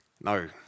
No